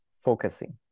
focusing